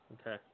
Okay